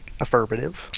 Affirmative